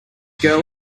girl